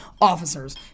officers